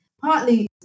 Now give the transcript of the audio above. partly